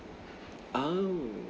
oo